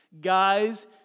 guys